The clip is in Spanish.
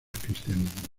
cristianismo